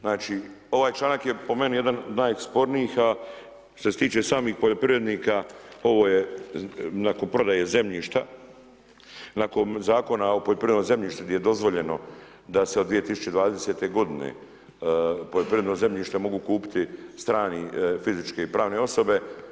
Znači ovaj članak je po meni jedan od najspornijih, a što se tiče samih poljoprivrednika ovo je nakon prodaje zemljišta, nakon Zakon o poljoprivrednom zemljištu gdje je dozvoljeno da se od 2020. godine poljoprivredno zemljište mogu kupiti strane fizičke i pravne osobe.